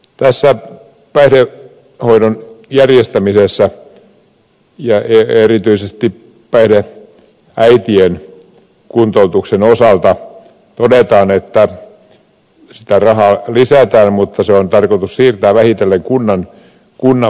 tässä päihdehoidon järjestämisen ja erityisesti päihdeäitien kuntoutuksen osalta todetaan että sitä rahaa lisätään mutta se on tarkoitus siirtää vähitellen kunnan vastuulle